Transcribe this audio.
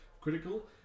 critical